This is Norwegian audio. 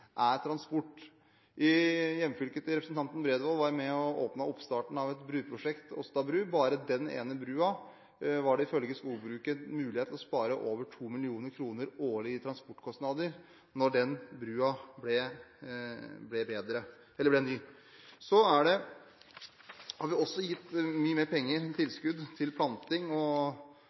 er transport. I hjemfylket til representanten Bredvold var jeg med og åpnet oppstarten av et broprosjekt: Åsta bru. Bare med den ene, nye broen var det ifølge skogbruket mulig å spare over 2 mill. kr årlig i transportkostnader. Så har vi også gitt mye mer tilskudd til planting og skogkulturtiltak. Men jeg tror personlig at det